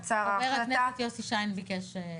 חבר הכנסת יוסי שיין ביקש.